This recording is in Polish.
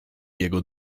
jego